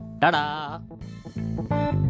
Ta-da